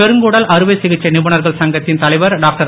பெருங்குடல் அறுவை சிகிச்சை நிபுணர்கள் சங்கத்தின் தலைவர் டாக்டர்